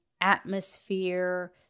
atmosphere